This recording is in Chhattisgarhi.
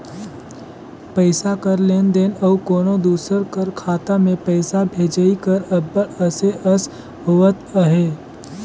पइसा कर लेन देन अउ कोनो दूसर कर खाता में पइसा भेजई हर अब्बड़ असे अस होवत अहे